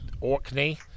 orkney